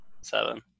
seven